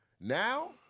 now